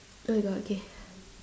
oh my god okay